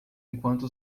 enquanto